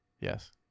Yes